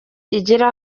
igira